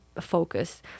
focus